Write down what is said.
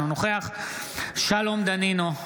אינו נוכח שלום דנינו,